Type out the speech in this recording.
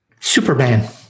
Superman